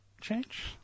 change